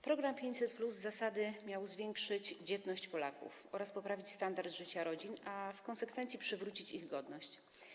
Program 500+ z zasady miał zwiększyć dzietność Polaków oraz poprawić standard życia rodzin, a w konsekwencji przywrócić im godność.